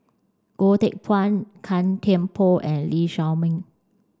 Goh Teck Phuan Gan Thiam Poh and Lee Shao Meng